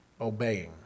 obeying